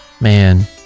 man